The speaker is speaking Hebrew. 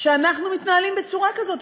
שאנחנו מתנהלים בצורה כזאת?